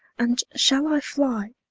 and shall i flye?